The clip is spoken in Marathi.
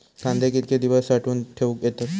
कांदे कितके दिवस साठऊन ठेवक येतत?